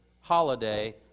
holiday